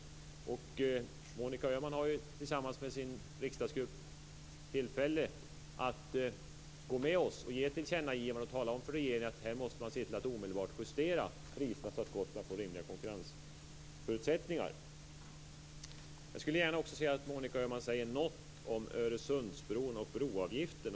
Monica Öhman har ju tillfälle att tillsammans med sin riksdagsgrupp gå med oss och besluta om ett tillkännagivande till regeringen om att man omedelbart måste justera priserna så att Gotland får rimliga konkurrensförutsättningar. Jag skulle gärna vilja att Monica Öhman säger något också om Öresundsbron och broavgifterna.